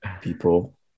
people